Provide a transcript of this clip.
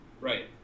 Right